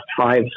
five